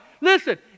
Listen